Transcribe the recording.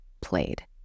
played